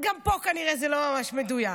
גם פה כנראה זה לא ממש מדויק.